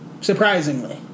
Surprisingly